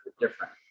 different